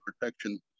protection